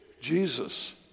Jesus